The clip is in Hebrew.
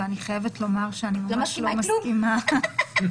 ואני חייבת לומר שאני ממש לא מסכימה --- את לא מסכימה עם כלום?